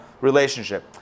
relationship